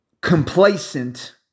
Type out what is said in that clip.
complacent